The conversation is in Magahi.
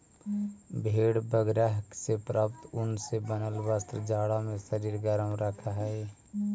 भेड़ बगैरह से प्राप्त ऊन से बनल वस्त्र जाड़ा में शरीर गरम रखऽ हई